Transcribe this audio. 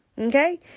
Okay